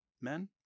men